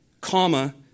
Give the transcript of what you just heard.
Comma